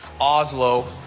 Oslo